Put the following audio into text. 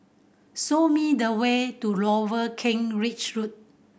show me the way to Lower Kent Ridge Road